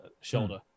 shoulder